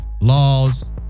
laws